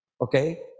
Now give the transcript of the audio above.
okay